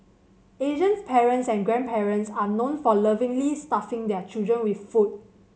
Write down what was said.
Asians parents and grandparents are known for lovingly stuffing their children with food